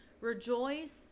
Rejoice